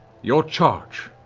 your charge,